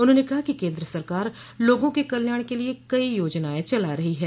उन्होंने कहा कि केन्द्र सरकार लोगा के कल्याण के लिये कइ योजनाएं चला रही है